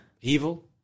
Evil